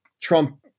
Trump